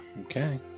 Okay